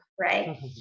right